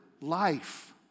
life